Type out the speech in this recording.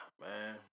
Man